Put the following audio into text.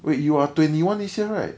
wait you are twenty-one this year right